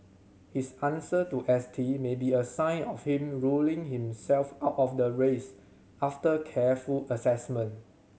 his answer to S T may be a sign of him ruling himself out of the race after careful assessment